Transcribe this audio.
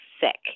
sick